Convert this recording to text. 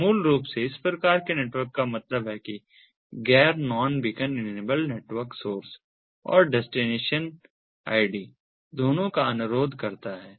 तो मूल रूप से इस प्रकार के नेटवर्क का मतलब है कि गैर non beacon enabled network source और डेस्टिनेशन आईडी दोनों का अनुरोध करता है